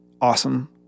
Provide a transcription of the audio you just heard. awesome